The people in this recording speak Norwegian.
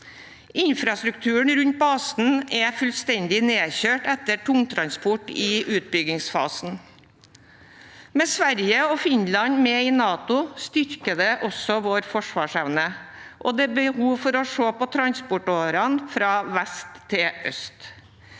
Infrastrukturen rundt basen er fullstendig nedkjørt etter tungtransport i utbyggingsfasen. Med Sverige og Finland med i NATO styrkes vår forsvarsevne, og det er behov for å se på transportårene fra vest til øst.